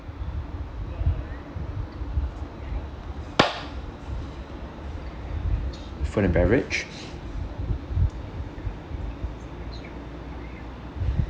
food and beverage